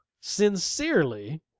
Sincerely